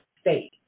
state